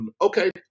okay